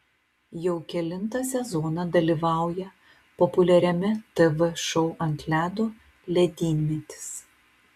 jau kelintą sezoną dalyvauja populiariame tv šou ant ledo ledynmetis